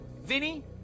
Vinny